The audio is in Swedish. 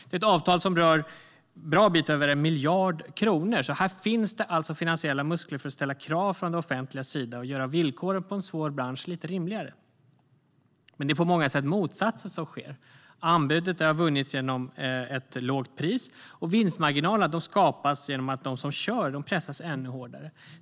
Det är ett avtal på en bra bit över 1 miljard kronor, så här finns finansiella muskler för att ställa krav från det offentligas sida och göra villkoren i en svår bransch lite rimligare. Men det är på många sätt motsatsen som sker. Anbudet har vunnits genom ett lågt pris, och vinstmarginalerna skapas genom att de som kör pressas ännu hårdare.